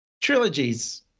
trilogies